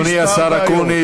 אדוני השר אקוניס,